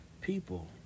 people